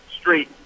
street